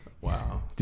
Wow